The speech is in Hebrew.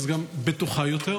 אז היא גם בטוחה יותר.